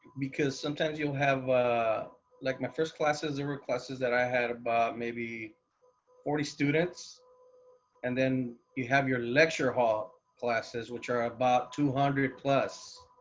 because sometimes you'll have like my first classes are requested that i had about maybe forty students and then you have your lecture hall classes which are i bought two hundred plus